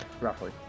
Roughly